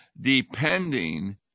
depending